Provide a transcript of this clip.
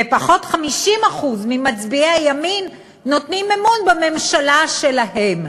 ופחות מ-50% ממצביעי הימין נותנים אמון בממשלה שלהם.